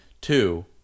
Two